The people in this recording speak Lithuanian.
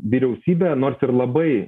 vyriausybė nors ir labai